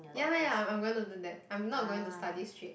ya lah ya I'm I'm going to do that I'm not going to study straight